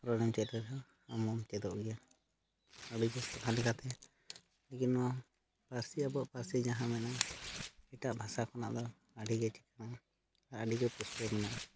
ᱨᱚᱲᱮᱢ ᱪᱮᱫᱨᱮᱦᱚᱸ ᱟᱢᱦᱚᱸᱢ ᱪᱮᱫᱚᱜ ᱜᱮᱭᱟ ᱟᱹᱰᱤ ᱵᱮᱥ ᱠᱟᱛᱷᱟ ᱞᱮᱠᱟᱛᱮ ᱞᱮᱠᱤᱱ ᱱᱚᱣᱟ ᱯᱟᱹᱨᱥᱤ ᱟᱵᱚᱣᱟᱜ ᱯᱟᱹᱨᱥᱤ ᱡᱟᱦᱟᱸ ᱢᱮᱱᱟᱜᱼᱟ ᱮᱴᱟᱜ ᱵᱷᱟᱥᱟ ᱠᱷᱚᱱᱟᱜ ᱫᱚ ᱟᱹᱰᱤᱜᱮ ᱟᱹᱰᱤᱜᱮ ᱯᱩᱥᱴᱟᱹᱣ ᱢᱮᱱᱟᱜᱼᱟ